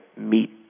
meet